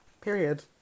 Period